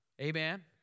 Amen